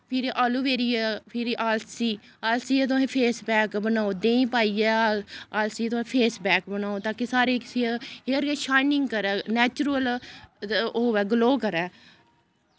फिरी एलोवेरा फिरी आलसी आलसी दा तुस फेस पैक बनाओ देहीं पाइयै आलसी दा तुस फेस पैक बनाओ ता कि साढ़ी हेयर गै शाइनिंग करै नैचुरल ओह् करै ग्लो करै